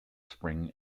spring